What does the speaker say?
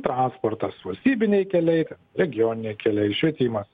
transportas valstybiniai keliai regioniniai keliai švietimas